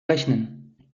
rechnen